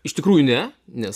iš tikrųjų ne nes